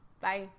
bye